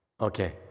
Okay